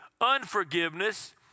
Unforgiveness